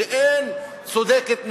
שאין צודקת ממנה.